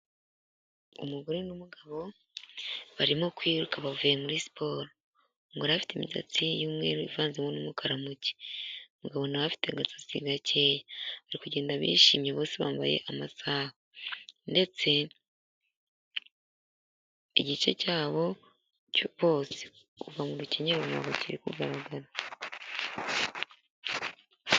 Umugore n'umugabo barimo kwiruka bavuye muri siporo, umugore afite imisatsi y'umweru ivanzemo n'umukara mucye, umugabobona afite agatsi gakeya bari kugenda bishimye bose bambaye amasaha ndetse igice cyabo bose kuva murukenyerero ntabwo kiri kugaragara.